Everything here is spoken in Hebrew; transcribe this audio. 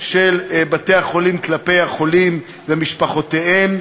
של בתי-החולים כלפי החולים ומשפחותיהם,